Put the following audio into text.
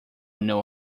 know